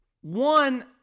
One